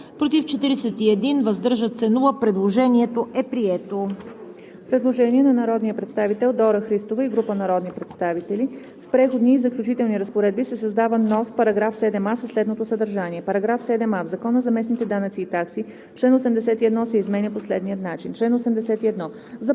против 41, въздържали се няма. Предложението е прието.